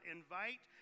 invite